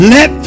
Let